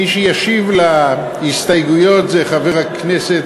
מי שישיב על ההסתייגויות הוא חבר הכנסת,